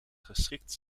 geschikt